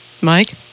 Mike